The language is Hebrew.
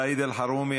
סעיד אלחרומי,